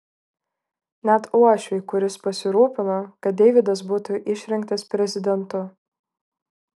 net uošviui kuris pasirūpino kad deividas būtų išrinktas prezidentu